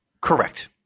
Correct